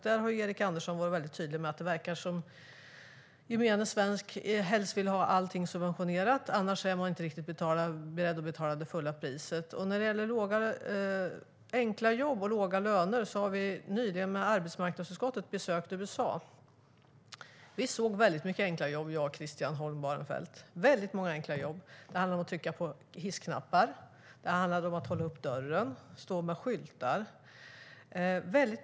Där har Erik Andersson varit mycket tydlig med att det verkar som om gemene svensk helst vill ha allt subventionerat, för annars är man inte riktigt beredd att betala det fulla priset. När det gäller enkla jobb och låga löner har vi i arbetsmarknadsutskottet nyligen besökt USA. Vi såg väldigt mycket enkla jobb, jag och Christian Holm Barenfeld. Det handlade om att trycka på hissknappar, att hålla upp dörren, att stå med skyltar.